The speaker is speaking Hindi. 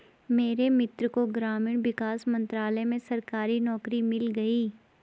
मेरे मित्र को ग्रामीण विकास मंत्रालय में सरकारी नौकरी मिल गई